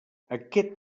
aquest